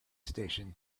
station